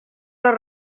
les